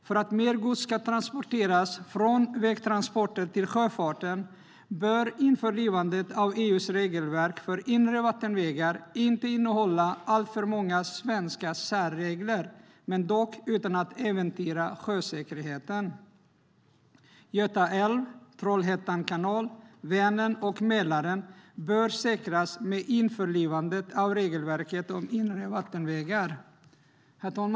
För att mer gods ska gå över från vägtransporter till sjöfarten bör införlivandet av EU:s regelverk för inre vattenvägar inte innehålla alltför många svenska särregler. Man ska dock inte äventyra sjösäkerheten. Göta älv, Trollhätte kanal, Vänern och Mälaren bör säkras med införlivandet av regelverket om inre vattenvägar. Herr talman!